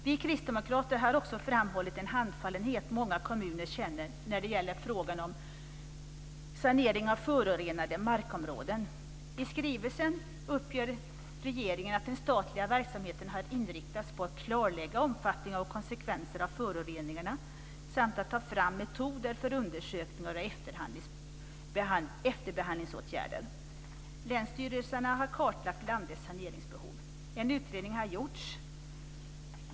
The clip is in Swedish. Vi kristdemokrater har också framhållit den handfallenhet många kommuner känner när det gäller frågan om sanering av förorenade markområden. I skrivelsen uppger regeringen att den statliga verksamheten har inriktats på att klarlägga omfattningen av konsekvenserna av föroreningarna samt att ta fram metoder för undersökningar och efterbehandlingsåtgärder. Länsstyrelserna har kartlagt landets saneringsbehov. En utredning har gjorts.